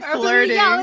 flirting